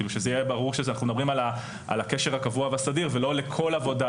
כדי שיהיה ברור שאנחנו מדברים על הקשר הקבוע והסדיר ולא לכל עבודה.